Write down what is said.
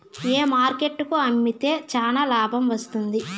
ఏ market కు అమ్మితే చానా లాభం వస్తుంది?